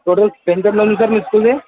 total strength ఎంత ఉంది sir మీ స్కూల్ది